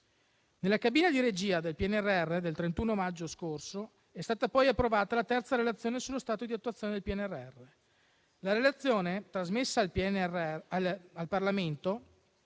Nella cabina di regia del PNRR del 31 maggio scorso è stata poi approvata la terza relazione sullo stato di attuazione del PNRR. La relazione, trasmessa al Parlamento